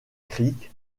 creek